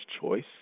choice